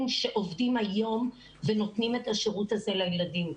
שעובדים היום ונותנים את השירות הזה לילדים,